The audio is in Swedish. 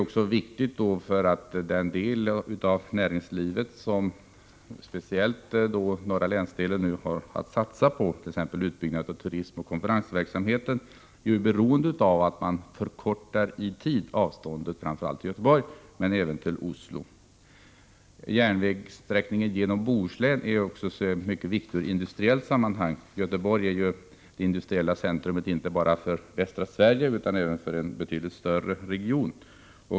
Också den del av näringslivet som speciellt norra länsdelen har att satsa på —-t.ex. utbyggnad för turism och konferensverksamhet — är beroende av att det tidsmässiga avståndet framför allt till Göteborg men även till Oslo förkortas. Järnvägssträckningen genom Bohuslän är dessutom mycket viktig i industriella sammanhang. Göteborg är ju ett industriellt centrum inte bara för västra Sverige utan för en betydligt större region.